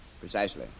Precisely